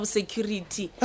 Security